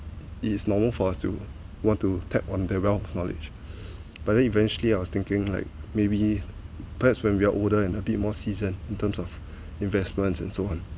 it is normal for us to want to tap on their wealth knowledge but then eventually I was thinking like maybe perhaps when we're older and a bit more seasoned in terms of investments and so on